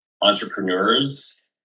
entrepreneurs